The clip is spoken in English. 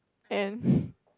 and